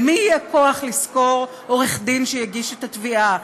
למי יהיה כוח לשכור עורך דין שיגיש את התביעה?